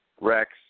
Rex